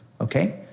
okay